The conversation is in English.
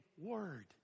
word